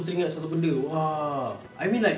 aku teringat satu benda !wah! I mean like